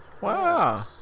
Wow